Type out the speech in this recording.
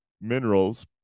minerals